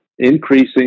increasing